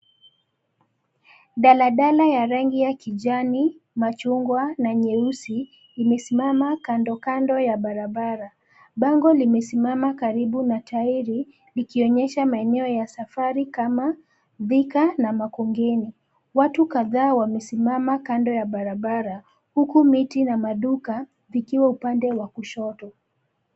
Daladala ya rangi ya kijani, machungwa na nyeusi , imesimama kando kando ya barabara. Bango limesimama karibu na tairi likionyesha maeneo ya safari kama Thika na Makongeni. Watu kadhaa wamesimama kando ya barabara, huku miti na maduka vikiwa upande wa kushoto.